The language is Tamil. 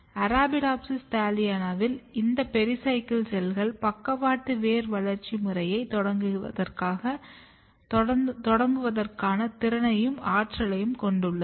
Arabidopsis thaliana வில் இந்த பெரிசைக்கிள் செல்கள் பக்கவாட்டு வேர் வளர்ச்சி முறையைத் தொடங்குவதற்கான திறனையும் ஆற்றலையும் கொண்டுள்ளன